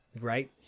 right